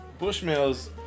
Bushmills